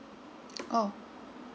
oh